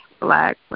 black